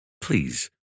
Please